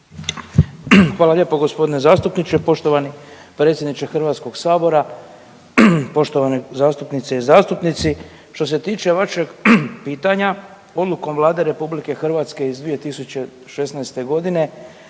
Hvala lijepo g. zastupniče. Poštovani predsjedniče HS-a, poštovane zastupnice i zastupnici. Što se tiče vašeg pitanja odlukom Vlade RH iz 2016.g.